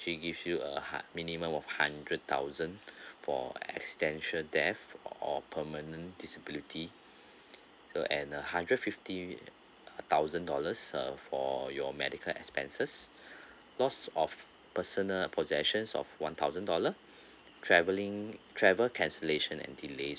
~ly give you a hun~ minimum of hundred thousand for accidental death or permanent disability so and a hundred fifty thousand dollars uh for your medical expenses loss of personal possessions of one thousand dollar traveling travel cancellation and delays